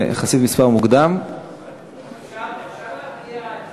אפשר להרגיע את